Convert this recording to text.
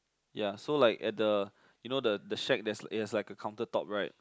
ya so like at the you know the the shack that's it has like a counter top right